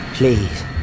Please